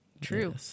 true